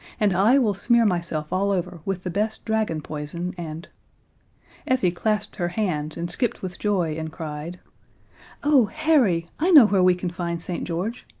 and i will smear myself all over with the best dragon poison, and effie clasped her hands and skipped with joy and cried oh, harry! i know where we can find st. george!